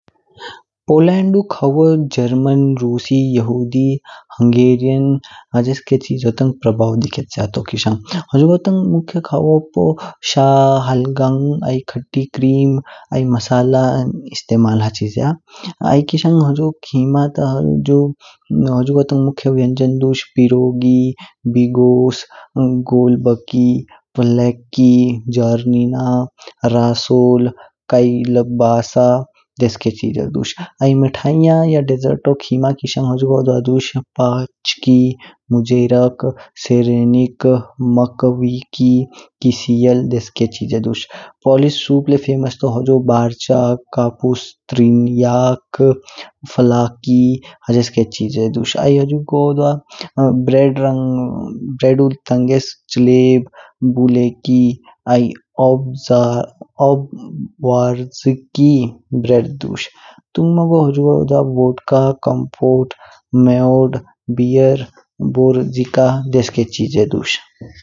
पोलान्दु खाऊऊ जर्मन, रुसी, यहूदी, हंगेरियन हजसे के चीज़ो तंग भाव देखेच्या तो किशां होजुगो तंग मुख्य खाऊऊ पू शा, हलअंग आई खातीI क्रीम आई मसाला इस्तेमाल हसिज्जा। आई किशां हुजू खीमा ता हुजुगो तंग मुख्य वन्यजन दुस पिरोगी, बिगोस, गोल बांगी, प्लाकी, जौरनिना, रसोल, काइलाबसा। आई मिठाईयां रंग डेसर्टो खीमा किशां हुजुगो द्वा दुस पाचके, मुझेरक, सेरेनिक, मक्क्विकि, किईशियल देशके चीज़े दुस। पोलिश सूप ले फेमस तो, होजु बरच अक कपुस्टरिनीयक, फलाकि हजसे के चीज़े दुस। आई हुजुगोद्वा ब्रेड रंग ब्रेडू तंगेस च्लेब, बुल्लेकी आई ओब ज़ार। ओब बरकी ब्रेड दुस। तुंमको हुजुगो द्वा वोदका, कंपोट, मायोर्र, बीयर, बोर्सिका देशके चीज़े दुस।